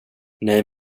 nej